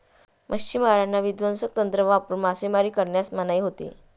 मच्छिमारांना विध्वंसक तंत्र वापरून मासेमारी करण्यास मनाई होती